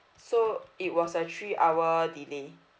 so it was a three hour delay